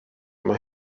mae